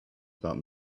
about